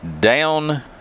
down